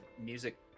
music